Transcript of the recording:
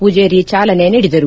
ಪೂಜೇರಿ ಚಾಲನೆ ನೀಡಿದರು